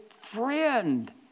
friend